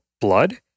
blood